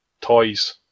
Toys